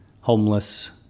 homeless